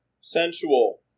sensual